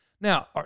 Now